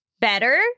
better